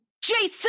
Jason